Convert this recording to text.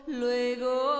luego